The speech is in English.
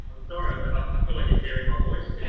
i'm sorry, i feel like i'm hearing my voice